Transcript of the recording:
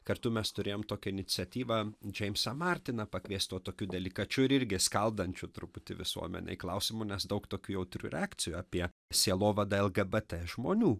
kartu mes turėjom tokią iniciatyvą džeimsą martiną pakviesti tokiu delikačiu irgi skaldančiu truputį visuomenei klausimu nes daug tokių jautrių reakcijų apie sielovadą lgbt žmonių